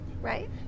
Right